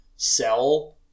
sell